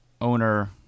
owner